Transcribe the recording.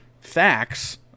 facts